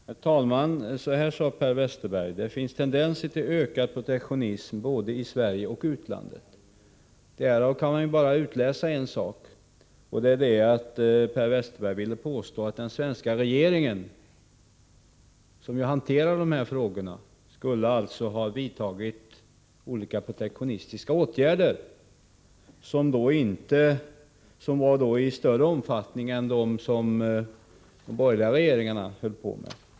Herr talman! Så här sade Per Westerberg: Det finns tendenser till ökad protektionism både i Sverige och i utlandet. Av detta uttalande kan man bara utläsa en sak, nämligen att Per Westerberg vill påstå att den svenska regeringen, som ju hanterar dessa frågor, skulle ha vidtagit olika protektionistiska åtgärder av större omfattning än dem som de borgerliga regeringarna vidtog.